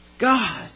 God